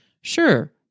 Sure